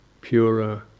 purer